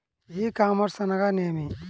ఈ కామర్స్ అనగా నేమి?